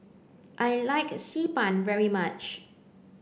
I like Xi Ban very much